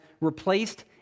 replaced